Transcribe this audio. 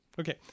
Okay